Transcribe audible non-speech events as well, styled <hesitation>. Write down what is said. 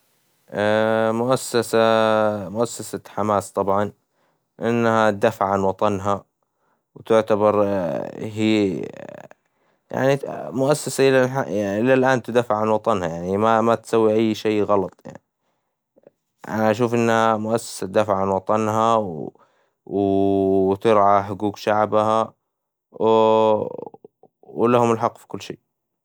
<hesitation> مؤسسة <hesitation> مؤسسة حماس طبعاً، إنها تدافع عن وطنها وتعتبر هي <hesitation> يعني مؤسسة إلى الآن تدافع عن وطنها، ما تسوي أي شي غلط، أنا أشوف إنها مؤسسة تدافع عن وطنها، وترعى حقوق شعبها، و <hesitation> لهم الحق في كل شي.